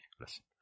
listen